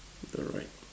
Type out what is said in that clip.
the right